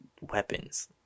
weapons